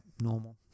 normal